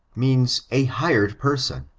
means a hired person,